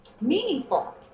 Meaningful